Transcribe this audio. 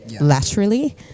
laterally